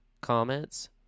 comments